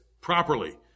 properly